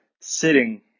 sitting